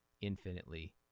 infinitely